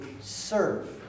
serve